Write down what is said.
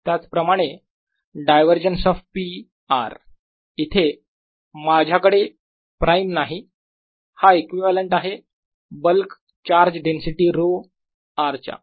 त्याच प्रमाणे divergence of p r इथे माझ्याकडे प्राईम नाही हा इक्विवलेंट आहे bulk charge density rho r च्या